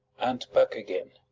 and back again.